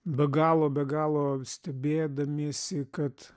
be galo be galo stebėdamiesi kad